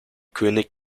könig